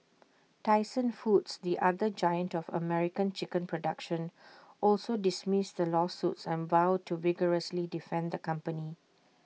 Tyson foods the other giant to American chicken production also dismissed the lawsuits and vowed to vigorously defend the company